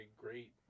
great